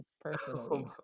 personally